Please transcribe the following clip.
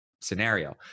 scenario